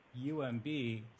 UMB